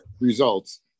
results